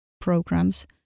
programs